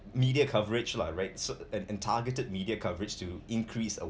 media coverage lah right so and and targeted media coverage to increase